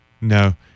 no